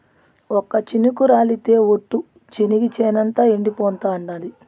ఒక్క చినుకు రాలితె ఒట్టు, చెనిగ చేనంతా ఎండిపోతాండాది